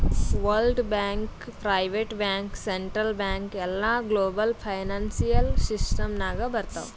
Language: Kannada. world bank, private bank, central bank ಎಲ್ಲಾ ಗ್ಲೋಬಲ್ ಫೈನಾನ್ಸಿಯಲ್ ಸಿಸ್ಟಮ್ ನಾಗ್ ಬರ್ತಾವ್